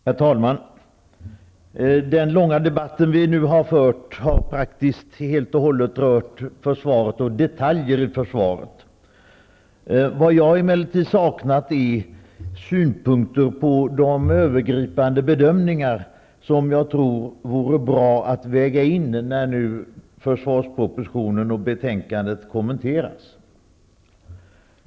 Herr talman! Den långa debatt som vi nu har fört har praktiskt taget helt och hållet rört försvaret och detaljer i försvaret. Vad jag emellertid saknat är synpunkter på de övergripande bedömningar som jag tror vore bra att väga in när försvarspropositionen och betänkandet nu kommenteras.